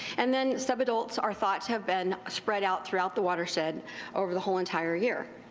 and then sub-adults are thought to have been spread out throughout the watershed over the whole entire year.